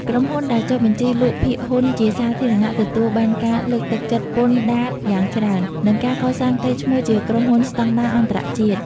ក្រុមហ៊ុនដែលចុះបញ្ជីលក់ភាគហ៊ុនជាសាធារណៈ ទទួលបានការលើកទឹកចិត្តពន្ធដារយ៉ាងច្រើន និងការកសាងកេរ្តិ៍ឈ្មោះជាក្រុមហ៊ុនស្ដង់ដារអន្តរជាតិ។